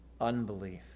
unbelief